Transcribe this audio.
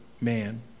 man